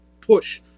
push